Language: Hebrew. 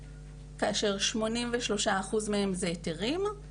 כאשר 83% מהם זה היתרים,